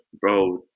bro